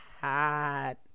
hot